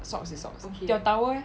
socks is socks your towel eh